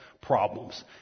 problems